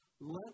let